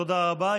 תודה רבה.